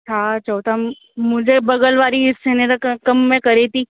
हा चओ था मुंहिजे बगल वारी ते कम में करे थी